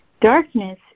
Darkness